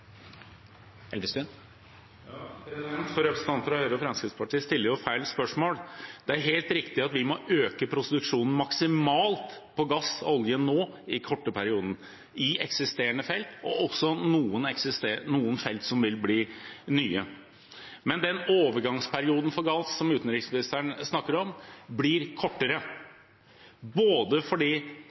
fra Høyre og Fremskrittspartiet stiller jo feil spørsmål. Det er helt riktig at vi må øke produksjonen av gass og olje maksimalt nå, i en kort periode, i eksisterende felt og i noen nye felt. Men den overgangsperioden for gass, som utenriksministeren snakket om, blir kortere, både fordi